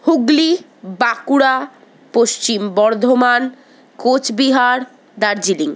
Hooghly Bankura Paschim Bardhaman Coochbehar Darjeeling